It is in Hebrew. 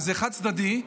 וזה חד-צדדי,